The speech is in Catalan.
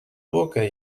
boca